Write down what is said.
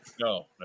No